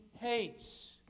hates